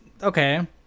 Okay